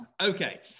okay